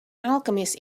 alchemist